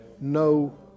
no